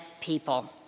people